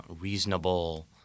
reasonable